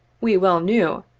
we well knew,